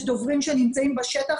יש דוברים שנמצאים בשטח,